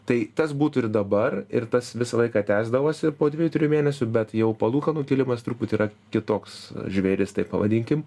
tai tas būtų ir dabar ir tas visą laiką tęsdavosi po dviejų trijų mėnesių bet jau palūkanų kilimas truputį yra kitoks žvėris taip pavadinkim